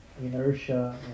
inertia